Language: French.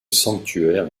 sanctuaire